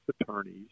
attorneys